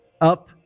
up